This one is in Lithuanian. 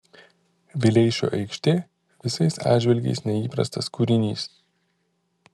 vileišio aikštė visais atžvilgiais neįprastas kūrinys